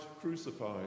crucified